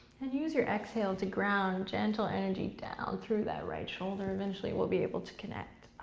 and use your exhale to ground gentle energy down through that right shoulder, eventually we'll be able to connect.